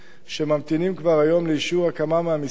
שממתינים כבר היום לאישור הקמה מהמשרד